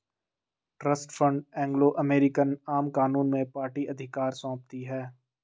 trust fund Anglo American आम कानून में पार्टी अधिकार सौंपती है